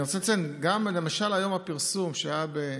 למשל, הפרסום היום,